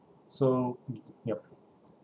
so yup